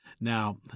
Now